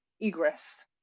egress